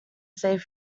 save